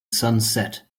sunset